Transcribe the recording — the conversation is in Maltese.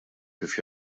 kif